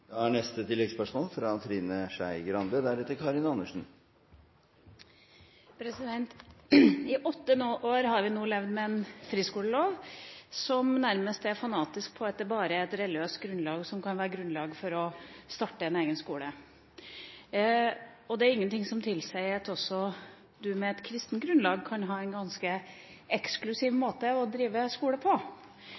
Trine Skei Grande – til oppfølgingsspørsmål. I åtte år nå har vi levd med en friskolelov som nærmest er fanatisk på at det bare er et religiøst grunnlag som kan være grunnlag for å starte en egen skole. Det er ingen ting som tilsier at man også med et kristent grunnlag kan ha en ganske eksklusiv